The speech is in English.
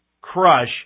crush